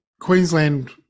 Queensland